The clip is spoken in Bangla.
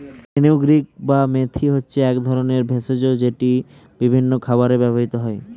ফেনুগ্রীক বা মেথি হচ্ছে এক রকমের ভেষজ যেটি বিভিন্ন খাবারে ব্যবহৃত হয়